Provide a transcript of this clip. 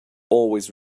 always